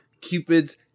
cupid's